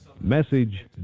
Message